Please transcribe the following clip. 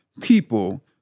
people